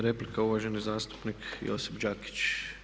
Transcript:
Replika, uvaženi zastupnik Josip Đakić.